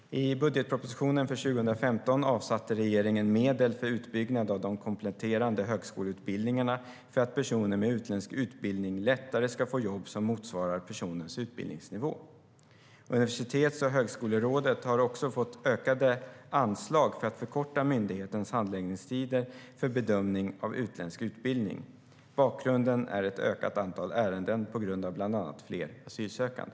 I budgetpropositionen för 2015 avsatte regeringen medel för utbyggnad av de kompletterande högskoleutbildningarna för att personer med utländsk utbildning lättare ska få jobb som motsvarar personens utbildningsnivå. Universitets och högskolerådet har också fått ökade anslag för att förkorta myndighetens handläggningstider för bedömning av utländsk utbildning. Bakgrunden är ett ökat antal ärenden på grund av bland annat fler asylsökande.